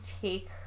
take